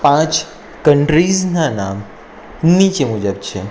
પાંચ કન્ટ્રીઝના નામ નીચે મુજબ છે